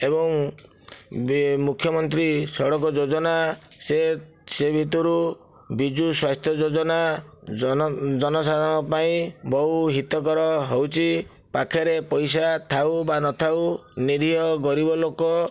ଏବଂ ବି ମୁଖ୍ୟମନ୍ତ୍ରୀ ସଡ଼କ ଯୋଜନା ସେ ସେ ଭିତରୁ ବିଜୁ ସ୍ୱାସ୍ଥ୍ୟ ଯୋଜନା ଜନ ଜନସାଧାରଣ ଙ୍କ ପାଇଁ ବହୁ ହିତକର ହେଉଛି ପାଖରେ ପଇସା ଥାଉ ବା ନଥାଉ ନୀରିହ ଗରିବ ଲୋକ